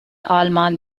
آلمان